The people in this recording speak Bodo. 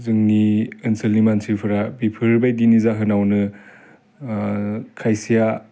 जोंनि ओनसोलनि मानसिफ्रा बिफोर बायदिनि जाहोनावनो खायसेआ